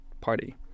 party